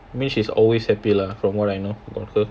I mean she's always happy lah from what I know about her